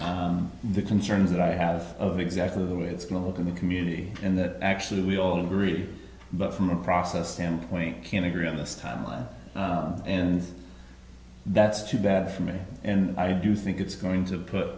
of the concerns that i have of exactly the way it's going to look in the community and that actually we all agree but from a process standpoint can't agree on this timeline and that's too bad for me and i do think it's going to put